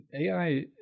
AI